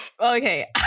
Okay